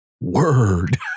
word